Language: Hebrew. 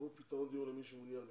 שיהוו פתרון דיור למי שמעוניין בכך.